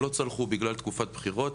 שלא צלחו בגלל תקופת בחירות,